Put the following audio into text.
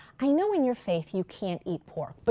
i know in your faith you can't eat pork, but